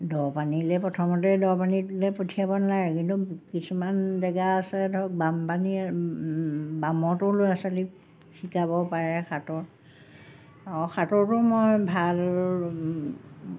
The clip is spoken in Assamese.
দ পানীলৈ প্ৰথমতে দ পানীলৈ পঠিয়াব নালাগে কিন্তু কিছুমান জেগা আছে ধৰক বামপানী বামতো ল'ৰা ছোৱালীক শিকাব পাৰে সাঁতোৰ আৰু সাঁতোৰটো মই ভাল